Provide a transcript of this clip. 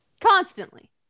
Constantly